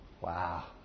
Wow